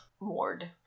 ward